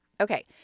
Okay